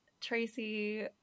Tracy